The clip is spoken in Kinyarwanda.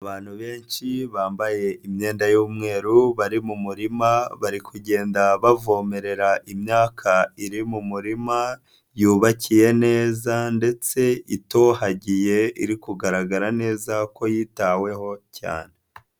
Abantu benshi bambaye imyenda y'umweru bari mu murima, bari kugenda bavomerera imyaka iri mu murima, yubakiye neza ndetse itohagiye iri kugaragara neza ko yitaweho cyane.